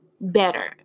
better